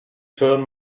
turn